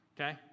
okay